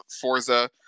Forza